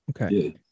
Okay